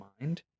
mind